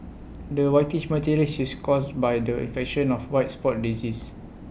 the whitish material is caused by the infection of white spot disease